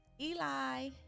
Eli